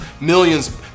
millions